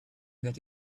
that